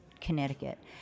Connecticut